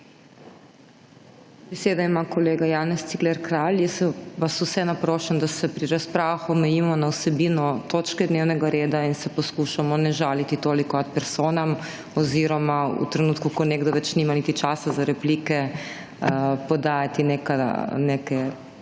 Besedo ima kolega Janez Cigler Kralj. Jaz vas vse naprošam, da se pri razpravah omejimo na vsebino točke dnevnega reda in se poslušamo ne žaliti toliko ad personam oziroma v trenutku, ko nekdo več nima niti časa za replike, podajati neka žaljiva